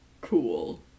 cool